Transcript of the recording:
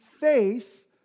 faith